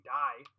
die